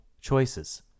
choices